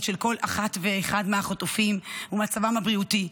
של כל אחת ואחד מהחטופים ומצבם הבריאותי.